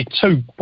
two